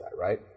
right